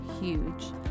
huge